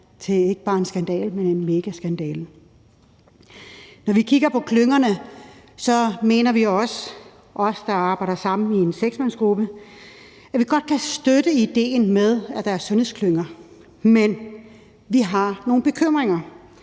til ikke bare en skandale, men en megaskandale. Når vi kigger på klyngerne, så mener vi også, os, der arbejder sammen i en 6-mandsgruppe, at vi godt kan støtte idéen om, at der er sundhedsklynger, men vi har nogle bekymringer.